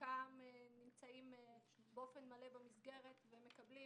שחלקם נמצאים באופן מלא במסגרת ומקבלים